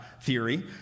theory